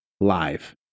live